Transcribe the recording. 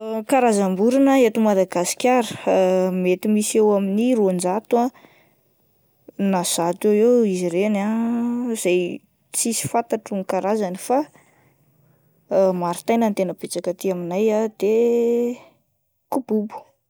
Ny karazam-borona eto Madagasikara mety misy eo amin'ny roanjato ah na zato eo eo izy ireny ah izay tsisy fantatro ny karazany fa martaina no tena betsaka aty aminay de kobobo.